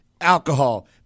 alcohol